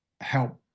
help